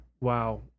WoW